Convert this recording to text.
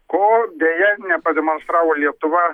ko deja nepademonstravo lietuva